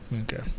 Okay